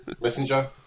Messenger